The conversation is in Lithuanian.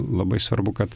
labai svarbu kad